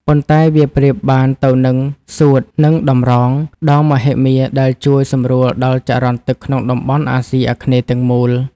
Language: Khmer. ប៉ុន្តែវាប្រៀបបានទៅនឹង សួត និង តម្រង ដ៏មហិមាដែលជួយសម្រួលដល់ចរន្តទឹកក្នុងតំបន់អាស៊ីអាគ្នេយ៍ទាំងមូល។